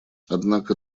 однако